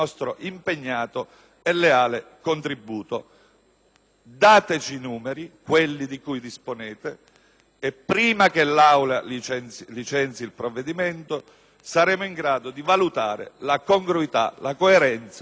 Forniteci, dunque, i dati di cui disponete e, prima che l'Assemblea licenzi il provvedimento, saremo in grado di valutare la congruità, la coerenza e la completezza delle norme che dovremo approvare